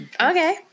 Okay